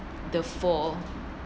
the four